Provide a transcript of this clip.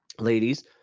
ladies